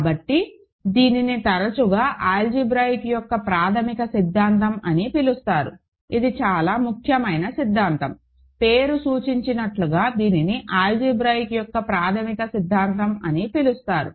కాబట్టి దీనిని తరచుగా ఆల్జీబ్రాయిక్ యొక్క ప్రాథమిక సిద్ధాంతం అని పిలుస్తారు ఇది చాలా ముఖ్యమైన సిద్ధాంతం పేరు సూచించినట్లుగా దీనిని ఆల్జీబ్రాయిక్ యొక్క ప్రాథమిక సిద్ధాంతం అని పిలుస్తారు